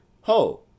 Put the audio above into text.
ho